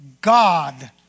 God